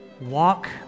Walk